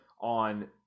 on